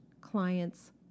clients